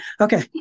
Okay